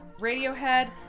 Radiohead